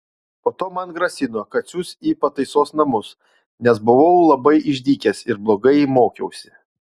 po to man grasino kad siųs į pataisos namus nes buvau labai išdykęs ir blogai mokiausi